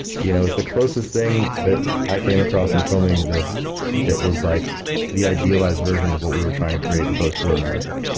you know it's the closest thing that i came across in filming this that was like the idealized version of what we were trying to create in post-war america.